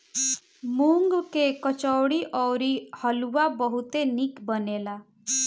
मूंग के कचौड़ी अउरी हलुआ बहुते निक बनेला